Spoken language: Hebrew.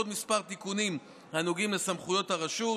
כמה תיקונים הנוגעים לסמכויות הרשות.